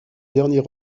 dernier